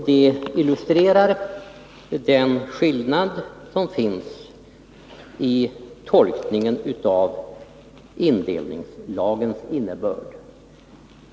Det illustrerar den skillnad som finns i tolkningarna av indelningslagens innebörd.